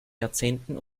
jahrzehnten